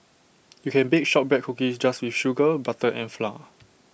you can bake Shortbread Cookies just with sugar butter and flour